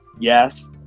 Yes